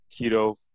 keto